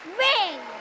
ring